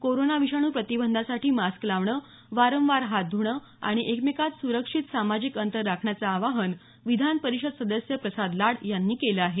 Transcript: corona विषाणू प्रतिबंधासाठी mask लावणं वारंवार हात ध्रणं आणि एकमेकात सुरक्षित सामाजिक अंतर राखण्याचं आवाहन विधान परिषद सदस्य प्रसाद लाड यांनी केलं आहे